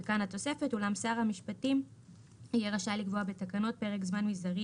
וכאן התוספת: אולם שר המשפטים יהיה רשאי לקבוע בתקנות פרק זמן מזערי